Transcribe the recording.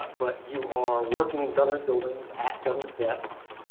but you are working in government buildings at government desks,